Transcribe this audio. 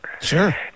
Sure